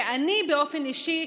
כי אני באופן אישי,